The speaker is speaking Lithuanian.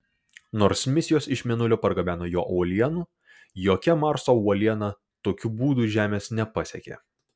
nors misijos iš mėnulio pargabeno jo uolienų jokia marso uoliena tokiu būdu žemės nepasiekė